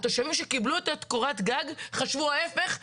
התושבים שקיבלו את קורת הגג חשבו ההיפך,